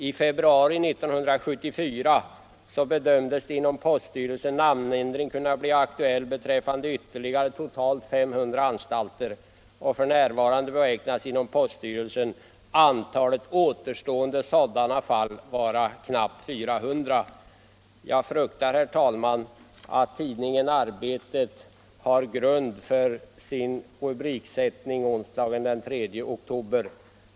I februari 1974 bedömdes inom poststyrelsen namnändring kunna bli aktuell beträffande ytterligare totalt ca 500 postanstalter. F. n. beräknas inom poststyrelsen antalet återstående sådana fall vara knappt 400. Jag fruktar, herr talman, att tidningen Arbetet haft grund för sin rubriksättning onsdagen den 3 oktober.